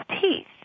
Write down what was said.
teeth